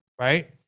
right